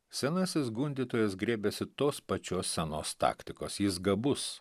senasis gundytojas griebiasi tos pačios senos taktikos jis gabus